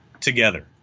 together